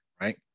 right